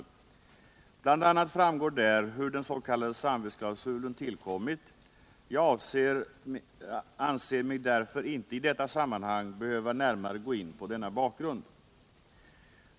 Bl. a. framgår där hur den s.k. samvetsklausulen tillkommit. Jag anser mig därför inte i detta sammanhang behöva närmare gå in på denna bakgrund.